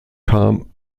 kam